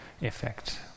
effect